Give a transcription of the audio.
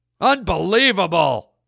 Unbelievable